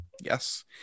Yes